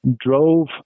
drove